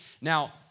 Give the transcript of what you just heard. Now